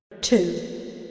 two